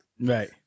Right